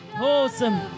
Awesome